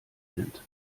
sind